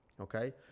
okay